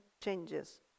changes